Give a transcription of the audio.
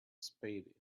spade